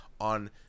on